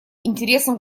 интересам